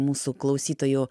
mūsų klausytojų